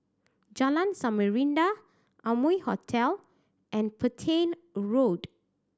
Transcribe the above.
Jalan Samarinda Amoy Hotel and Petain Road